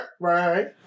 Right